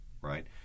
Right